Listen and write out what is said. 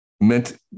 meant